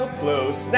close